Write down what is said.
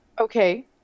Okay